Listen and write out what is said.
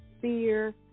fear